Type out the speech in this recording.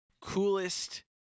coolest